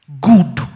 good